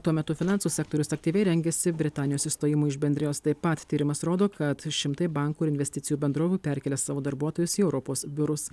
tuo metu finansų sektorius aktyviai rengiasi britanijos išstojimui iš bendrijos taip pat tyrimas rodo kad šimtai bankų ir investicijų bendrovių perkelia savo darbuotojus į europos biurus